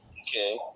Okay